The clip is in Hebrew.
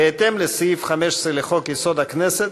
בהתאם לסעיף 15 לחוק-יסוד: הכנסת,